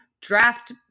draft